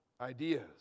ideas